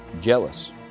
Jealous